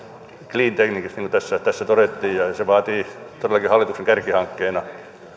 cleantechissä niin kuin tässä todettiin ja se vaatii todellakin hallituksen kärkihankkeena